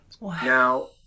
Now